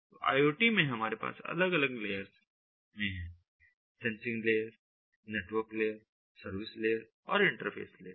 तो IoT में हमारे पास अलग अलग लेयर्स में है sensing layer network layer service layer और इंटरफ़ेस लेयर